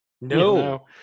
No